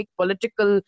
political